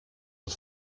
het